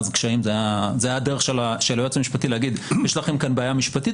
אז קשיים הייתה הדרך של היועץ המשפטי להגיד: יש לכם כאן בעיה משפטית.